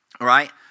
right